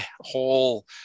whole